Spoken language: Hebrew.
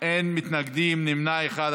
אין מתנגדים, נמנע אחד.